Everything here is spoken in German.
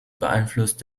beeinflusst